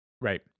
right